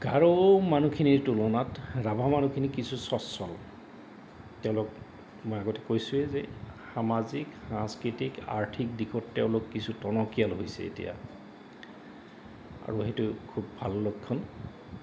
গাৰো মানুহখিনিৰ তুলনাত ৰাভা মানুহখিনি কিছু সচ্ছল তেওঁলোক মই আগতে কৈছোঁৱেই যে সামাজিক সাংস্কৃতিক আৰ্থিক দিশত তেওঁলোক কিছু টনকিয়াল হৈছে এতিয়া আৰু সেইটো খুব ভাল লক্ষণ